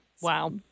Wow